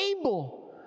able